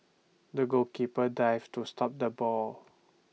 the goalkeeper dived to stop the ball